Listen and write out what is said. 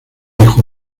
dijo